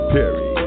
Perry